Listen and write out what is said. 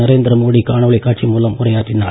நரேந்திர மோடி காணொளி காட்சி மூலம் உரையாற்றினார்